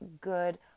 good